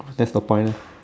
that's the point ah